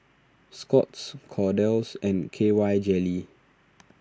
Scott's Kordel's and K Y Jelly